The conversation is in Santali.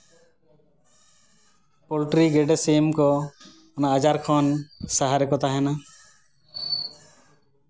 ᱯᱳᱞᱴᱨᱤ ᱜᱮᱰᱮ ᱥᱤᱢ ᱠᱚ ᱚᱱᱟ ᱟᱡᱟᱨ ᱠᱷᱚᱱ ᱥᱟᱦᱟ ᱨᱮᱠᱚ ᱛᱟᱦᱮᱱᱟ